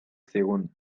zigun